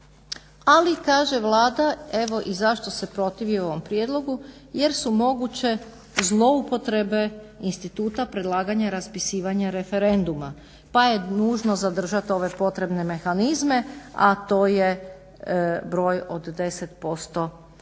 ali kaže Vlada evo i zašto se protivi ovom prijedlogu, jer su moguće zloupotrebe instituta predlaganja i raspisivanja referenduma pa je nužno zadržati ove potrebne mehanizme, a to je broj od 10% birača.